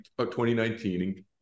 2019